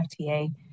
FTA